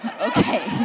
okay